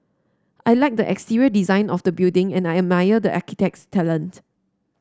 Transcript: I like the exterior design of the building and I admire the architect's talent